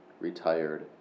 retired